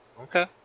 Okay